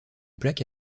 plaque